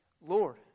Lord